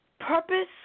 purpose